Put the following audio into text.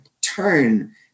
turn